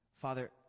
Father